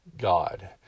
God